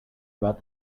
about